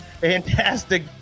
fantastic